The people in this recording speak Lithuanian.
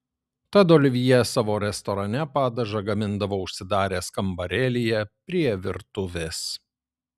tad olivjė savo restorane padažą gamindavo užsidaręs kambarėlyje prie virtuvės